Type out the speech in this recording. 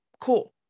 Cool